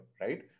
right